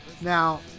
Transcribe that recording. now